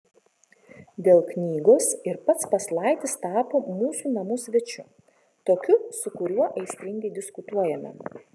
dėl knygos ir pats paslaitis tapo mūsų namų svečiu tokiu su kuriuo aistringai diskutuojame